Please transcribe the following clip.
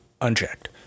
unchecked